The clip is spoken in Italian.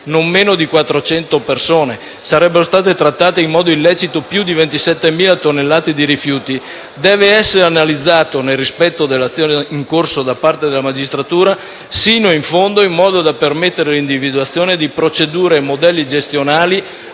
non meno di quattrocento persone, e sarebbero state trattate in modo illecito più di 27.000 tonnellate di rifiuti) deve essere analizzato, nel rispetto dell'azione in corso da parte della magistratura, sino in fondo, in modo da permettere l'individuazione di procedure e modelli gestionali